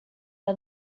que